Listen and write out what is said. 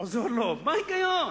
מה ההיגיון?